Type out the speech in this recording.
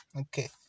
Okay